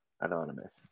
anonymous